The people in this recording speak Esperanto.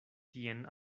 tien